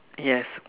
yes